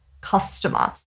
customer